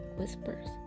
whispers